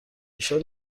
ایشان